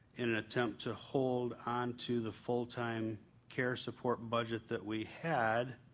in an attempt to hold on to the full time care support budget that we had,